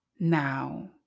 now